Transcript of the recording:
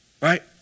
right